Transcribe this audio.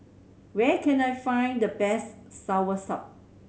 where can I find the best soursop